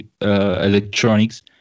electronics